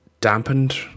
dampened